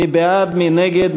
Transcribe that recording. מי בעד, מי נגד?